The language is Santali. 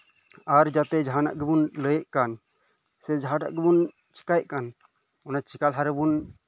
ᱟᱨ ᱡᱟᱛᱮ ᱡᱟᱸᱦᱟᱱᱟᱜ ᱜᱮᱵᱚᱱ ᱞᱟᱹᱭᱮᱫ ᱠᱟᱱ ᱥᱮ ᱡᱟᱦᱟᱸᱴᱟᱜ ᱜᱮᱵᱚᱱ ᱪᱤᱠᱟᱹᱭᱮᱫ ᱠᱟᱱ ᱚᱱᱟ ᱪᱤᱠᱟ ᱞᱟᱦᱟᱨᱮᱵᱚᱱ